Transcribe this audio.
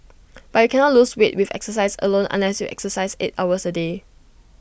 but you cannot lose weight with exercise alone unless you exercise eight hours A day